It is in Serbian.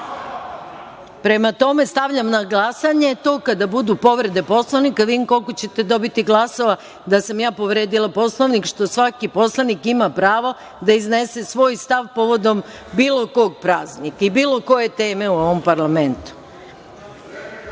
nego. Prema tome, stavljam na glasanje. Kada budu povrede Poslovnika da vidimo koliko ćete dobiti glasova da sam povredila Poslovnik, što svaki poslanik ima prava da iznese svoj stav povodom bilo kog praznika i bilo koje teme u ovom parlamentu.(Vojislav